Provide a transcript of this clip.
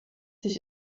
sich